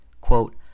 Quote